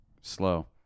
slow